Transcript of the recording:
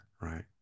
right